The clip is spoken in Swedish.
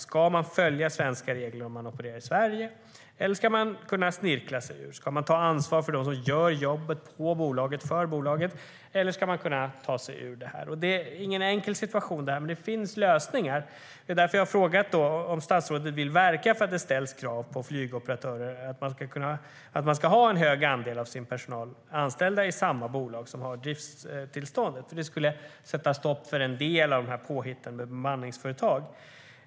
Ska de följa svenska regler om de opererar i Sverige, eller ska de kunna snirkla sig ur? Ska de ta ansvar för dem som gör jobbet, eller ska de kunna ta sig ur det ansvaret? Det är ingen enkel situation, men det finns lösningar. Därför har jag frågat om statsrådet vill verka för att det ställs krav på att flygoperatörerna ska ha en stor andel av sin personal anställd i det bolag som har drifttillståndet. Det skulle sätta stopp för en del av påhitten med bemanningsföretag.